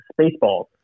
Spaceballs